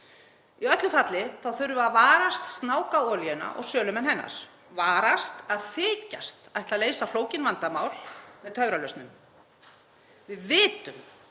Í öllu falli þurfum við að varast snákaolíuna og sölumenn hennar, varast að þykjast ætla að leysa flókin vandamál með töfralausnum. Við vitum